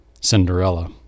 Cinderella